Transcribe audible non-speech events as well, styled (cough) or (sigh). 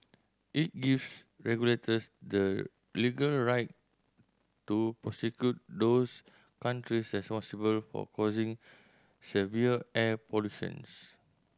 it gives regulators the legal right to prosecute those countries (unintelligible) for causing severe air pollutions